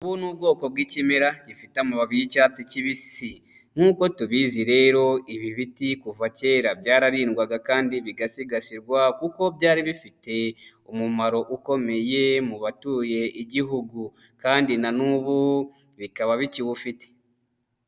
Ubu ni ubwoko bw'ikimera gifite amababi y'icyatsi kibisi nk'uko tubizi rero ibi biti kuva kera byararindwaga kandi bigasigasirwa kuko byari bifite umumaro ukomeye mu batuye igihugu kandi na n'ubu bikaba bikiwufite.